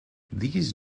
these